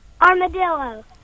Armadillo